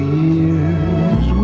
years